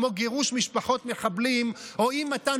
כמו גירוש משפחות מחבלים או אי-מתן